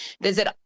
visit